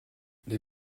les